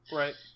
right